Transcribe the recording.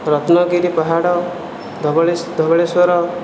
ରତ୍ନଗିରି ପାହାଡ଼ ଧବଳେଶ୍ଵର